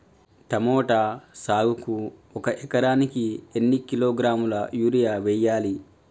Tomato సాగుకు ఒక ఎకరానికి ఎన్ని కిలోగ్రాముల యూరియా వెయ్యాలి?